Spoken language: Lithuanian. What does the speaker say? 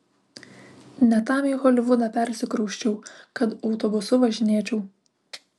ne tam į holivudą persikrausčiau kad autobusu važinėčiau